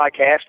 podcast